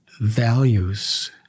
values